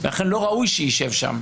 לכן לא ראוי שישב שם.